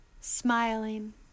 smiling